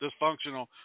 dysfunctional